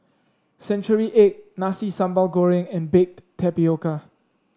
Century Egg Nasi Sambal Goreng and Baked Tapioca